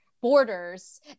borders